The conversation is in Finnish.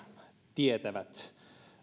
tietävät